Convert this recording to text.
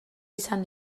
izan